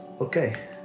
okay